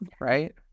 right